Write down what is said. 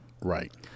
Right